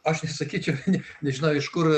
aš sakyčiau net nežinau iš kur